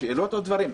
זה שאלות או דברים?